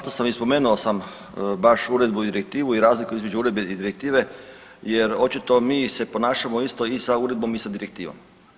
Da, za sam i spomenuo sam baš uredbi i direktivu i razliku između uredbe i direktive jer očito mi se ponašamo isto i sa uredbom i sa direktivom.